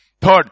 Third